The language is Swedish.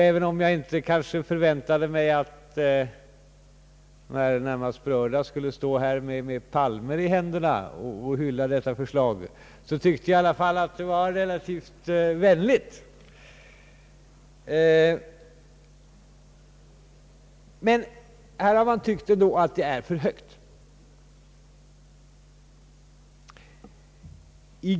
Även om jag kanske inte förväntade mig att de närmast berörda skulle stå med palmer i händerna och hylla detta förslag, tyckte jag i alla fall att det var relativt välvilligt. Man har emellertid ändå tyckt att det är för högt tilltaget.